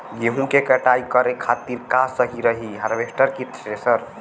गेहूँ के कटाई करे खातिर का सही रही हार्वेस्टर की थ्रेशर?